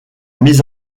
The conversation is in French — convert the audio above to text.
mise